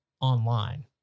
online